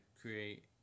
create